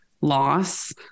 loss